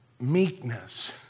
meekness